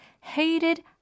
hated